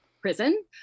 prison